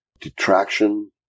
detraction